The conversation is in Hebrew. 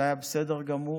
זה היה בסדר גמור.